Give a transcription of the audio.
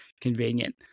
convenient